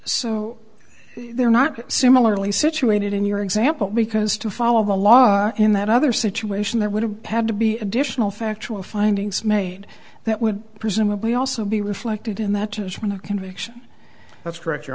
so they're not similarly situated in your example because to follow the law in that other situation there would have had to be additional factual findings made that would presumably also be reflected in that tishman the conviction that's correct your